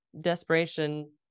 desperation